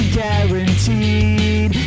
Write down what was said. guaranteed